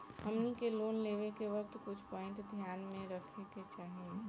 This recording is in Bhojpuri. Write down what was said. हमनी के लोन लेवे के वक्त कुछ प्वाइंट ध्यान में रखे के चाही